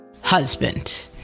Husband